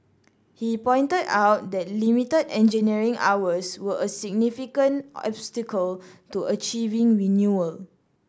he pointed out that limited engineering hours were a significant obstacle to achieving renewal